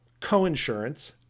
coinsurance